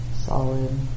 solid